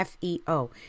FEO